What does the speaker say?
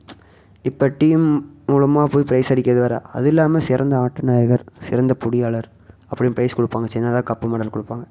இப்போ டீம் மூலமாக போய் பிரைஸ் அடிக்கிறது வேற அது இல்லாமல் சிறந்த ஆட்ட நாயகர் சிறந்த பிடி ஆளர் அப்படின்னு பிரைஸ் கொடுப்பாங்க சின்னதாக கப்பு மெடலு கொடுப்பாங்க